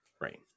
right